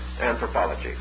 anthropology